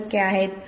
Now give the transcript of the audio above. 1 टक्के आहेत